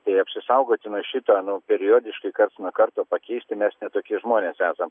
tai apsisaugoti nuo šito nu periodiškai karts nuo karto pakeisti mes ne tokie žmonės esam